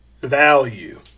value